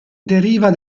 deriva